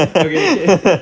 okay shit